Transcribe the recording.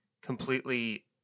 completely